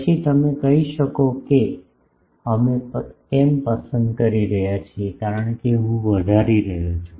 પછી તમે કહી શકો છો કે અમે કેમ પસંદ કરી રહ્યા છીએ કારણ કે હું વધારી રહ્યો છું